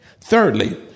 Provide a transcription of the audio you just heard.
Thirdly